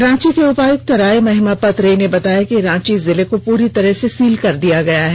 रांची के उपायुक्त राय महिमापत रे ने बताया कि रांची जिला को पूरी तरह से सील कर दिया गया है